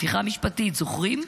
הפיכה משפטית, זוכרים?